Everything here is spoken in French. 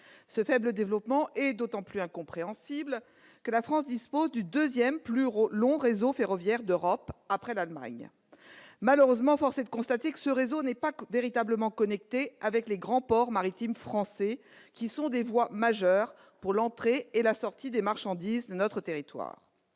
Ce faible développement est d'autant plus incompréhensible que la France dispose du deuxième plus long réseau ferroviaire d'Europe, après celui de l'Allemagne. Malheureusement, force est de constater que ce réseau n'est pas véritablement connecté avec les grands ports maritimes français qui sont des voies majeures pour l'entrée et la sortie des marchandises de notre territoire.